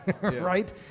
right